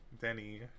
Denny